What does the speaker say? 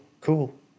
Cool